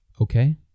okay